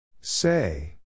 Say